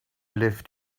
lived